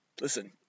Listen